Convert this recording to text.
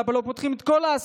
למה לא פותחים את כל העסקים?